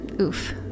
oof